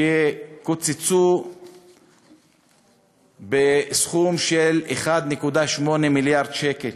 שקוצצו בסכום של 1.8 מיליארד שקל: